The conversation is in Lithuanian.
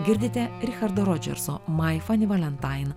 girdite richardo rodžerso mai fani valentain